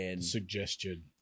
Suggestion